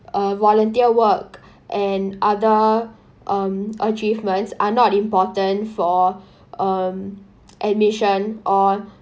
uh volunteer work and other um achievements are not important for um admission or